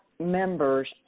members